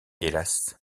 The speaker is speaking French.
hélas